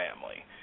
family